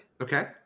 Okay